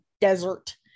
desert